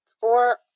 four